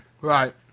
Right